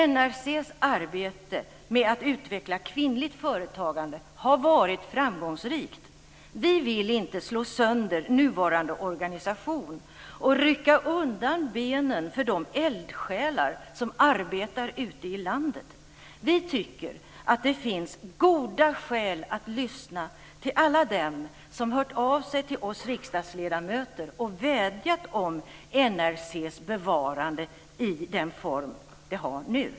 NRC:s arbete med att utveckla kvinnligt företagande har varit framgångsrikt. Vi vill inte slå sönder nuvarande organisation och rycka undan benen för de eldsjälar som arbetar ute i landet. Vi tycker att det finns goda skäl att lyssna till alla dem som hört av sig till oss riksdagsledamöter och vädjat om NRC:s bevarande i den form det har nu.